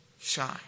shine